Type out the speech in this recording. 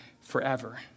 forever